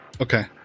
Okay